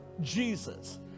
Jesus